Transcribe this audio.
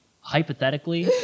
hypothetically